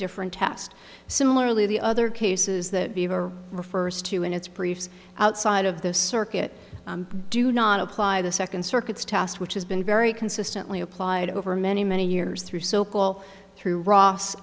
different test similarly the other cases that refers to in its briefs outside of the circuit do not apply the second circuit's test which has been very consistently applied over many many years through sokol through ross